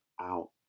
out